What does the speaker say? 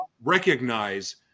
recognize